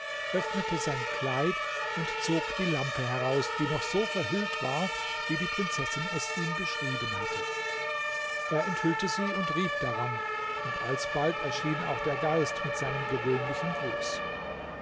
öffnete sein kleid und zog die lampe heraus die noch so verhüllt war wie die prinzessin es ihm beschrieben hatte er enthüllte sie und rieb daran und alsbald erschien auch der geist mit seinem gewöhnlichen gruß